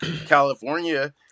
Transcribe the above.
California